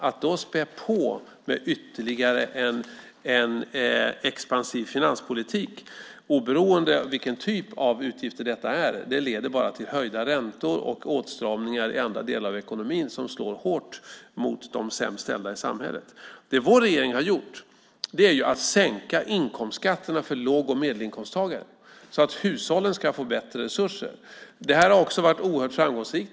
Att då späda på ytterligare med en expansiv finanspolitik, oberoende av vilken typ av utgifter det är, leder bara till höjda räntor och åtstramningar i andra delar av ekonomin som slår hårt mot de sämst ställda i samhället. Det vår regering har gjort är att sänka inkomstskatterna för låg och medelinkomsttagare så att hushållen ska få bättre resurser. Det har varit oerhört framgångsrikt.